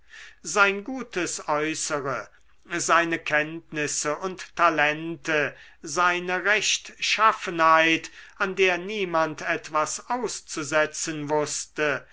sein gutes äußere seine kenntnisse und talente seine rechtschaffenheit an der niemand etwas auszusetzen wußte